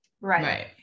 right